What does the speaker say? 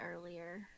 earlier